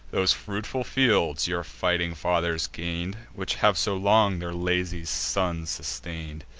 those fruitful fields your fighting fathers gain'd, which have so long their lazy sons sustain'd.